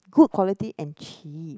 good quality and cheap